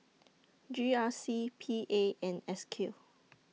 G R C P A and S Q